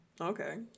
okay